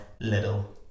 little